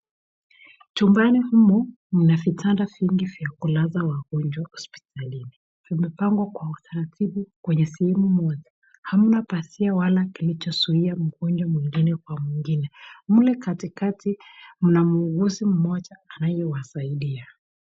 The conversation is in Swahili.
Chumbani humu mna vitanda vingi vya kulaza wagonjwa hospitalini, vimepangwa kwa utaratibu kwenye sehemu Moja, hamna pasia ama kilichozuia mgonjwa mwilini kwa mwingine, mle katikati mna muuguzi Mmoja anayewasaidia.